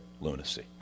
lunacy